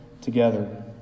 together